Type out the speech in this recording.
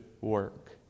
work